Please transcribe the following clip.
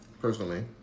personally